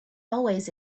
always